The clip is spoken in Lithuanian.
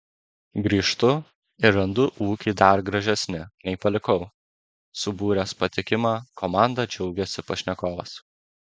grįžtu ir randu ūkį dar gražesnį nei palikau subūręs patikimą komandą džiaugiasi pašnekovas